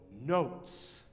notes